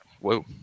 Whoa